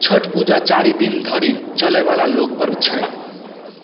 छठि पूजा चारि दिन धरि चलयवला लोकपर्व छै